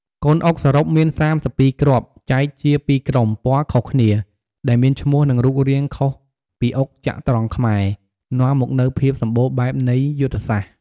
កូនអុកសរុបមាន ៣២ គ្រាប់ ចែកជាពីរក្រុម ពណ៌ខុសគ្នា ដែលមានឈ្មោះ និងរូបរាងខុសពីអុកចត្រង្គខ្មែរ នាំមកនូវភាពសម្បូរបែបនៃយុទ្ធសាស្ត្រ។